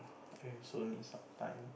okay so need some time